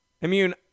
immune